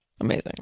Amazing